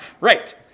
Right